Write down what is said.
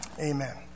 Amen